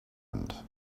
end